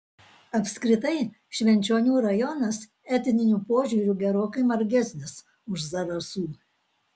apskritai švenčionių rajonas etniniu požiūriu gerokai margesnis už zarasų